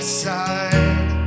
side